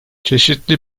çeşitli